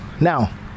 Now